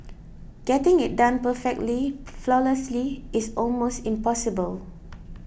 getting it done perfectly flawlessly is almost impossible